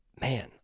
man